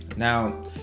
Now